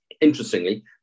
Interestingly